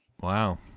wow